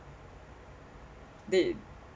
they